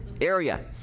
area